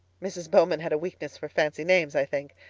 mrs. bowman had a weakness for fancy names i think.